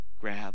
grab